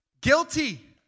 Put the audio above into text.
guilty